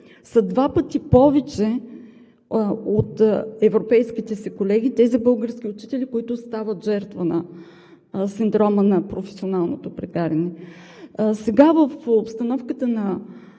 са два пъти повече от европейските си колеги – тези български учители, които стават жертва на синдрома на професионалното прегаряне. Сега в обстановката на